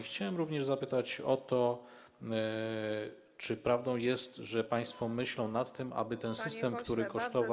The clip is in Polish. Chciałbym również zapytać o to, czy prawdą jest, że państwo myślą o tym, aby ten system, który kosztował.